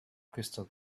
crystal